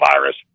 virus